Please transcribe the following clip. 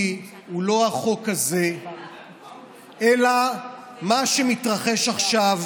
הוא לא החוק הזה אלא מה שמתרחש עכשיו